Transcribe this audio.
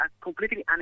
completely